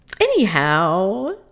anyhow